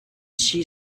she